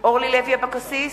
היא ישנה.